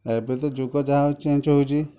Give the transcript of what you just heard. ଏବେ ତ ଯୁଗ ଯାହା ହେଉ ଚେଞ୍ଜ ହେଉଛି